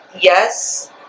Yes